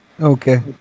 Okay